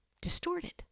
distorted